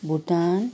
Bhutan